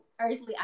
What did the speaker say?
earthly